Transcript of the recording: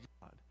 God